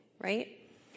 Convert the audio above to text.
right